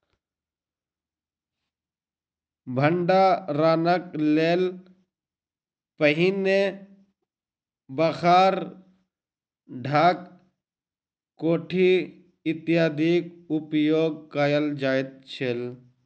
भंडारणक लेल पहिने बखार, ढाक, कोठी इत्यादिक उपयोग कयल जाइत छल